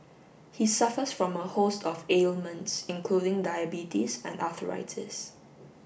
he suffers from a host of ailments including diabetes and arthritis